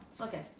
Okay